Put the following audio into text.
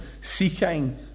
seeking